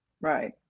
Right